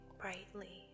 brightly